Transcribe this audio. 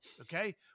okay